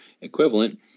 equivalent